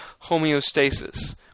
homeostasis